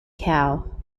cow